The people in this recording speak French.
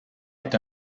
est